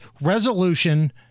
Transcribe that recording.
resolution